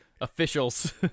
officials